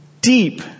deep